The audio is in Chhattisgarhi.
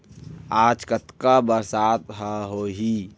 आज कतका बरसात ह होही?